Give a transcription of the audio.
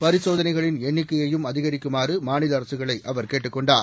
பரிசோதனைகளின் எண்ணிக்கையையும் அதிகரிக்குமாறு மாநில அரசுகளை அவர் கேட்டுக் கொண்டார்